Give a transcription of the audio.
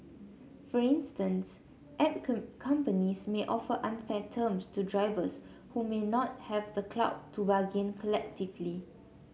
for instance app companies may offer unfair terms to drivers who may not have the clout to bargain collectively